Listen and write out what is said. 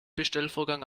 bestellvorgang